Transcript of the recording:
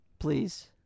Please